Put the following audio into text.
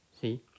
See